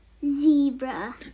Zebra